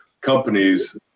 companies